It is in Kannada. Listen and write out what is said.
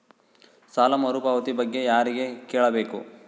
ಸಾಲ ಮರುಪಾವತಿ ಬಗ್ಗೆ ಯಾರಿಗೆ ಕೇಳಬೇಕು?